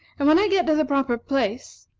and when i get to the proper place,